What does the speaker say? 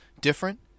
different